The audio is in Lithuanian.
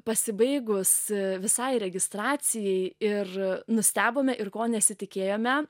pasibaigus visai registracijai ir nustebome ir ko nesitikėjome